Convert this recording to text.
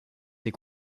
ses